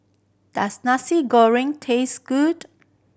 does Nasi Goreng taste good